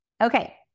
Okay